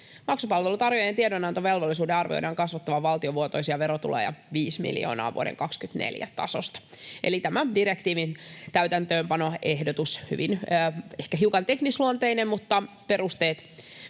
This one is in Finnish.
Maksupalveluntarjoajien tiedonantovelvollisuuden arvioidaan kasvattavan valtion vuotuisia verotuloja viisi miljoonaa vuoden 24 tasosta. Eli tämä direktiivin täytäntöönpanoehdotus on ehkä hiukan teknisluonteinen, mutta sen perusteet